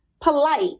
polite